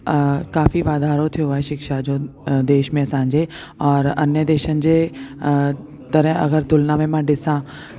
काफी वाधारो थियो आहे शिक्षा जो देश में असांजे और अन्य देशनि जे अ तरह अगरि तुलना में मां ॾिसां